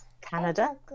canada